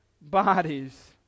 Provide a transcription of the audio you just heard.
bodies